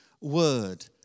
word